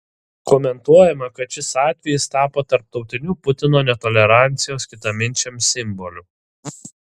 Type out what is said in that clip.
komentuojama kad šis atvejis tapo tarptautiniu putino netolerancijos kitaminčiams simboliu